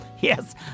Yes